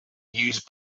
use